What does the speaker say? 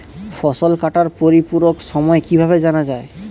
ফসল কাটার পরিপূরক সময় কিভাবে জানা যায়?